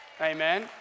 amen